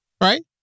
Right